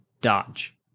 dodge